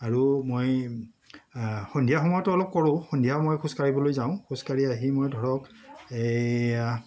আৰু মই সন্ধিয়া সময়তো অলপ কৰোঁ সন্ধিয়া সময় খোজকাঢ়িবলৈ যাওঁ খোজকাঢ়ি আহি মই ধৰক এইয়া